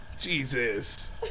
Jesus